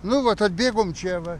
nu vat atbėgom čia va